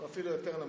הוא אפילו יותר נמוך,